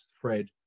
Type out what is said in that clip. fred